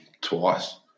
twice